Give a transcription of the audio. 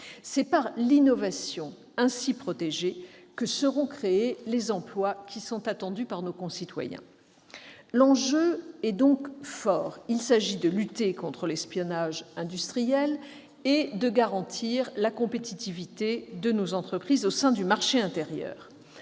C'est par l'innovation ainsi protégée que seront créés les emplois attendus par nos concitoyens. L'enjeu est donc fort : il s'agit de lutter contre l'espionnage industriel et de garantir la compétitivité de nos entreprises au sein du marché intérieur.